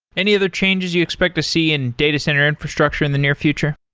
any other changes you expect to see in data center infrastructure in the near future?